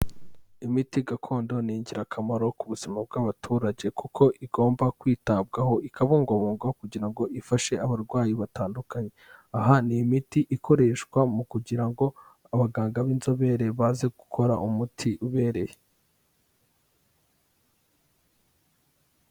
Imiti gakondo ni ingirakamaro ku buzima bw'abaturage kuko igomba kwitabwaho ikabungabungwa kugira ngo ifashe abarwayi batandukanye, aha ni imiti ikoreshwa mu kugira ngo abaganga b'inzobere baze gukora umuti ubereye.